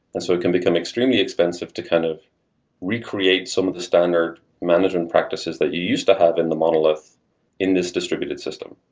and so it become extremely expensive to kind of recreate some of the standard management practices that you used to have in the monolith in this distributed system.